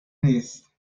نیست